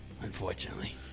Unfortunately